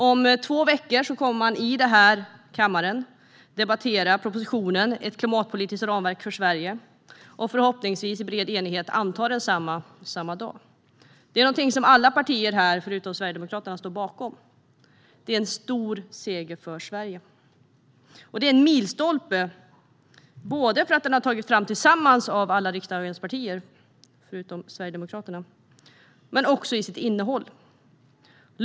Om två veckor kommer man här i kammaren att debattera propositionen Ett klimatpolitiskt ramverk för Sverige och förhoppningsvis i bred enighet anta den samma dag. Detta är något som alla partier här, förutom Sverigedemokraterna, står bakom. Det är en stor seger för Sverige. Och det är en milstolpe, både för att den tagits fram tillsammans av alla riksdagens partier utom Sverigedemokraterna och med tanke på innehållet.